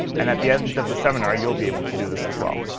and at the end of the seminar, you'll be able to do this as well.